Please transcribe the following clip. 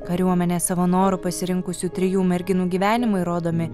kariuomenę savo noru pasirinkusių trijų merginų gyvenimai rodomi